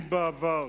אם בעבר